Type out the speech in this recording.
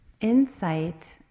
insight